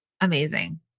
Amazing